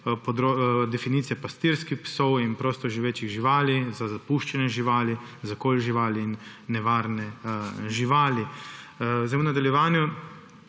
definicijo pastirskih psov in prostoživečih živali, zapuščene živali, zakol živali in nevarne živali. Tudi osebno